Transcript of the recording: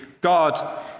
God